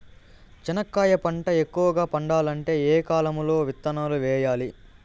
చెనక్కాయ పంట ఎక్కువగా పండాలంటే ఏ కాలము లో విత్తనాలు వేయాలి?